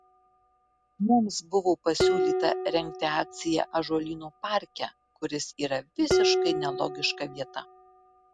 mums buvo pasiūlyta rengti akciją ąžuolyno parke kuris yra visiškai nelogiška vieta